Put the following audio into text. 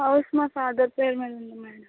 house మా father పేరు మీద ఉంది మేడం